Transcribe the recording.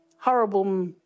horrible